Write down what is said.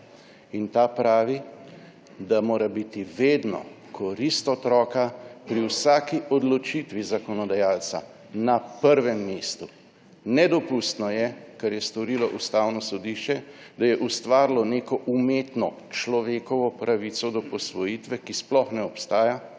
in ta pravi, da mora biti korist otroka pri vsaki odločitvi zakonodajalca vedno na prvem mestu. Nedopustno je, kar je storilo Ustavno sodišče, da je ustvarilo neko umetno človekovo pravico do posvojitve, ki sploh ne obstaja,